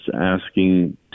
asking